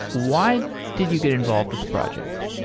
why did you get involved with the project?